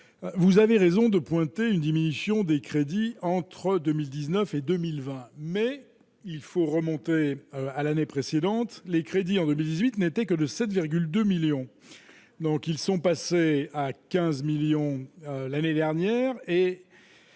vous avez raison de pointer une diminution des crédits entre 2000 19 et 2020, mais il faut remonter à l'année précédente, les crédits en 2018 n'étaient que de 7,2 millions donc ils sont passés à 15 millions l'année dernière